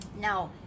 now